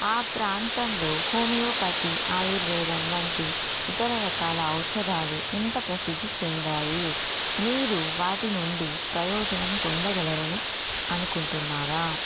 ఆ ప్రాంతంలో హోమియోపతి ఆయుర్వేదం వంటి ఇతర రకాల ఔషధాలు ఎంత ప్రసిద్ధి చెందాయి మీరు వాటి నుండి ప్రయోజనం పొందగలరు అని అనుకుంటున్నారా